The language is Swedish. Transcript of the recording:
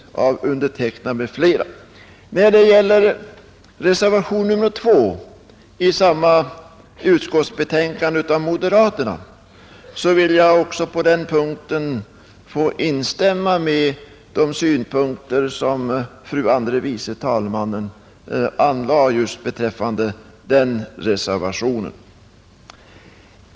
Jag delar också de synpunkter som fru andre vice talmannen anförde beträffande reservationen 2 i samma betänkande, vilken avgivits av representanterna för moderata samlingspartiet.